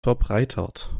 verbreitert